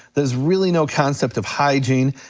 there's really no concept of hygiene,